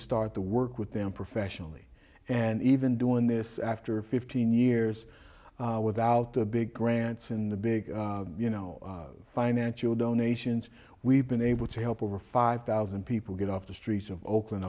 start to work with them professionally and even doing this after fifteen years without the big grants and the big you know financial donations we've been able to help over five thousand people get off the streets of o